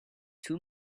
two